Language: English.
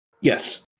Yes